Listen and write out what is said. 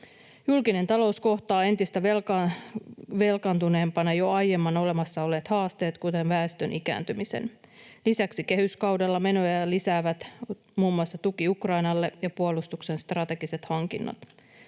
Julkinen talous kohtaa entistä velkaantuneempana jo aiemmin olemassa olleet haasteet, kuten väestön ikääntymisen. Lisäksi kehyskaudella menoja lisäävät muun muassa tuki Ukrainalle ja puolustuksen strategiset hankinnat.